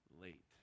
late